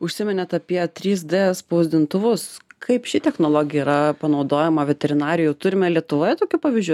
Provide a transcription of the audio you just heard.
užsiminėt apie trys d spausdintuvus kaip ši technologija yra panaudojama veterinarijoj turime lietuvoje tokių pavyzdžių